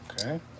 Okay